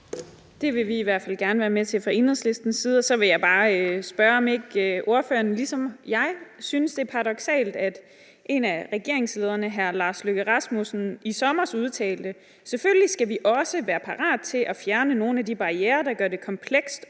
Det vil vi i hvert fald gerne være med til fra Enhedslistens side. Og så vil jeg bare spørge, om ikke ordføreren ligesom mig synes, det er paradoksalt, at en af regeringslederne, nemlig udenrigsministeren, i sommers udtalte, at vi selvfølgelig også være parate til at fjerne nogle af de barrierer, der gør det komplekst